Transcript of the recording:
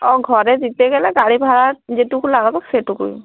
ও ঘরে দিতে গেলে গাড়ি ভাড়া যেটুকু লাগাব সেটুকুই